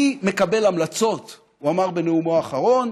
אני מקבל המלצות, הוא אמר בנאומו האחרון,